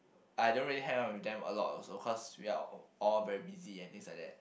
I don't really hang out with them a lot also cause we are all all very busy and things like that